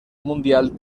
mundial